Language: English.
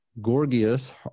Gorgias